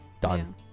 done